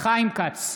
חיים כץ,